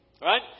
right